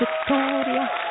Victoria